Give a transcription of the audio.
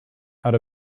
out